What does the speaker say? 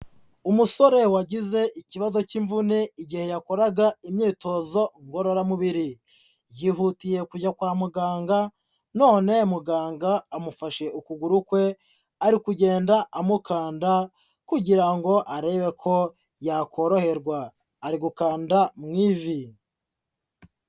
Umusore wagize ikibazo cy'imvune igihe yakoraga imyitozo ngororamubiri, yihutiye kujya kwa muganga none muganga amufashe ukuguru kwe, ari kugenda amukanda kugira ngo arebe ko yakoroherwa, ari gukanda mu ivi.